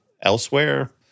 elsewhere